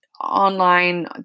online